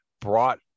brought